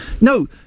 No